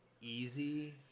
easy